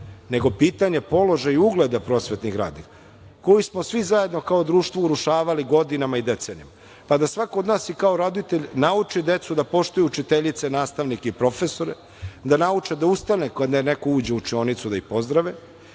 nego pitanje položaja i ugleda prosvetnih radnika, koji smo svi zajedno kao društvo urušavali godinama i decenijama. Kada svako od nas i kao roditelj nauči decu da poštuju učiteljice, nastavnike i profesore, da nauče da ustanu kada neko uđe u učionicu da ih pozdrave,